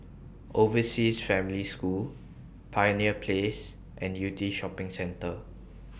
Overseas Family School Pioneer Place and Yew Tee Shopping Centre